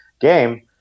game